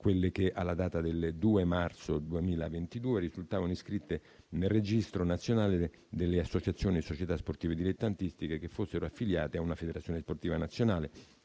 quelle che alla data del 2 marzo 2022 risultavano iscritte nel registro nazionale delle associazioni e società sportive dilettantistiche che fossero affiliate a una federazione sportiva nazionale,